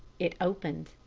it opened.